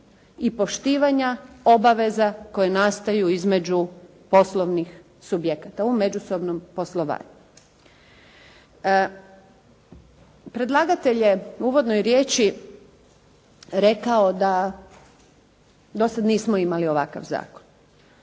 i poštivanja obaveza koje nastaju između poslovnih subjekata u međusobnom poslovanju. Predlagatelj je u uvodnoj riječi rekao da dosad nismo imali ovakav zakon.